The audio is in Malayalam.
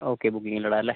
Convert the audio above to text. ഓക്കെ ബുക്കിംഗിൽ ഇടാൻ അല്ലെ